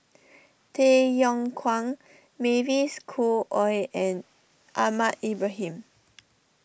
Tay Yong Kwang Mavis Khoo Oei and Ahmad Ibrahim